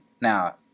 now